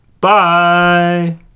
Bye